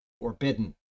forbidden